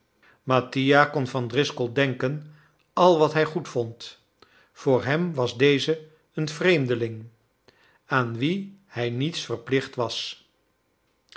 mattia kon van driscoll denken al wat hij goedvond voor hem was deze een vreemdeling aan wien hij niets verplicht was